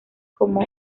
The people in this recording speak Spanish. como